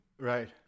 right